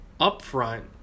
upfront